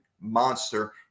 monster